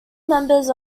members